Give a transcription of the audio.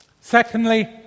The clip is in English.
Secondly